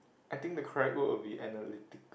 I think the correct word will be analytic